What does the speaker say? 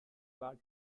bad